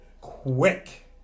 Quick